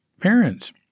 parents